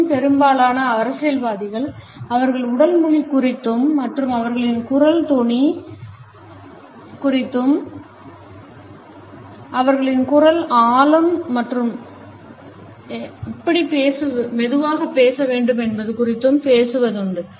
இன்னும் பெரும்பாலான அரசியல்வாதிகள் அவர்களின் உடல் மொழி குறித்தும் மற்றும் அவர்களின் குரல் தொனி குறித்தும் அவர்களின் குரல் ஆழம் மற்றும் எப்படி மெதுவாக பேச வேண்டும் என்பது குறித்தும் பேசுவதுண்டு